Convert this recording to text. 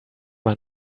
mal